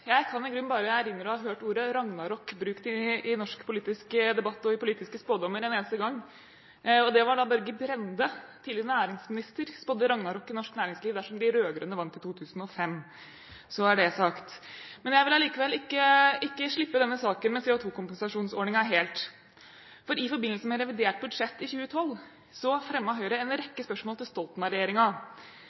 Jeg kan i grunnen bare erindre å ha hørt ordet «ragnarok» brukt i norsk politisk debatt og i politiske spådommer én eneste gang, og det var Børge Brende, tidligere nærings- og handelsminister, som spådde ragnarok i norsk næringsliv dersom de rød-grønne vant i 2005 – så er det sagt. Men jeg vil allikevel ikke slippe denne saken om CO2-kompensasjonsordningen helt. I forbindelse med revidert budsjett i 2012 fremmet Høyre en rekke spørsmål til